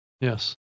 Yes